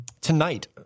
Tonight